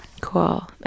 Cool